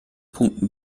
punkten